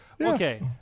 okay